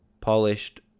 polished